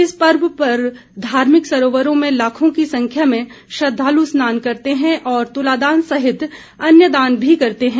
इस पर्व पर धार्मिक सरोवरों में लाखों की संख्या में श्रद्धालु स्नान करते हैं और तुलादान सहित अन्य दान भी करते हैं